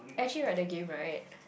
actually like the game right